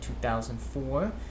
2004